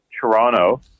Toronto